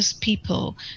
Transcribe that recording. people